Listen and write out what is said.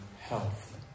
health